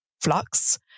flux